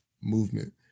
movement